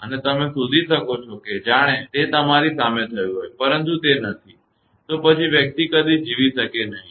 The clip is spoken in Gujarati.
અને તમે શોધી શકો છો કે જાણે તે તમારી સામે થયું હોય પરંતુ તે નથી તો પછી વ્યક્તિ કદી જીવી શકશે નહીં